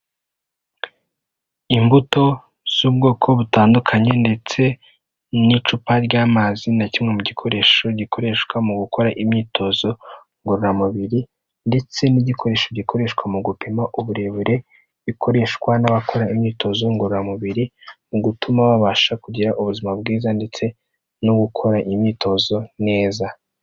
Imbuto z'ubwoko butandukanye ndetse n'icupa ry'amazi na kimwe mu gikoresho gikoreshwa mu gukora imyitozo ngororamubiri, ndetse n'igikoresho gikoreshwa mu gupima uburebure, bikoreshwa n'abakora imyitozo ngororamubiri, mu gutuma babasha kugira ubuzima bwiza ndetse no gukora imyitozo neza.